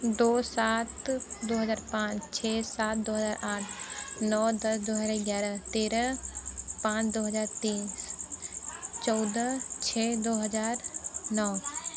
दो सात दो हज़ार पाँच छः सात दो हज़ार आठ नौ दस दो हज़ार ग्यारह तेरह पाँच दो हज़ार तीन चौदह छः दो हज़ार नौ